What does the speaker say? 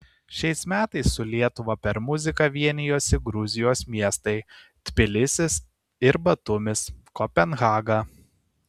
šiais metais su lietuva per muziką vienijosi gruzijos miestai tbilisis ir batumis kopenhaga